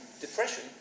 depression